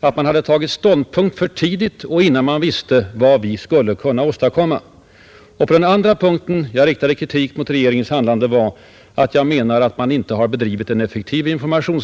att man tagit ståndpunkt för tidigt och innan man visste vilka undantag vi skulle kunna åstadkomma. Den andra punkt där jag riktade kritik mot regeringens handlande var att jag menar att regeringen inte bedrivit effektiv information.